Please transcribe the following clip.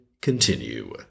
continue